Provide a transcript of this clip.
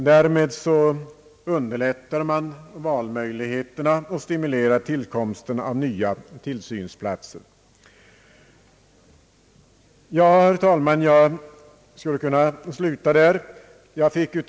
Därmed underlättas valmöjligheterna och stimuleras tillkomsten av nya tillsynsplatser. Herr talman! Jag skulle kunna sluta där.